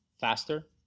faster